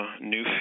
new